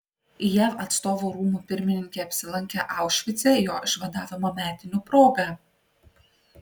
jav atstovų rūmų pirmininkė apsilankė aušvice jo išvadavimo metinių proga